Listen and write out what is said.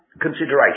consideration